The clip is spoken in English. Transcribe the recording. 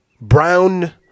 brown